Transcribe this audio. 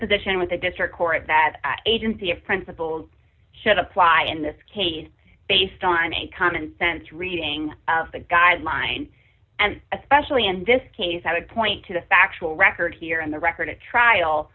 position with the district court that agency of principles should apply in this case based on a commonsense reading of the guidelines and especially in this case i would point to the factual record here in the record at trial